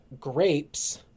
grapes